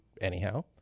anyhow